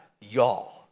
y'all